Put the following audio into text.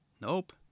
nope